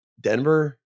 Denver